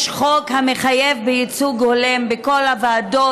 יש חוק המחייב ייצוג הולם בכל הוועדות